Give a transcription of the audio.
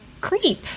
creep